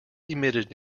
emitted